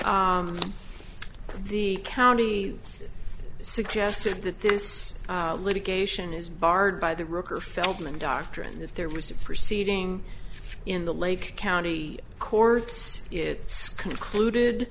t the county suggested that this litigation is barred by the rocker feldman doctrine that there was a proceeding in the lake county courts it's concluded